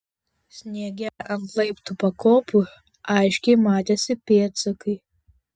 sniege ant laiptų pakopų aiškiai matėsi pėdsakai